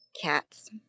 cats